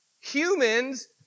Humans